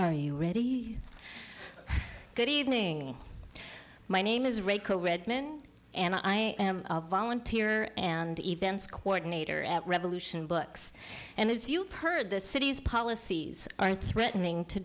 are you ready good evening my name is rayco redmond and i am volunteer and events coordinator at revolution books and as you've heard the city's policies are threatening to